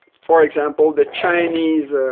for example, the chinese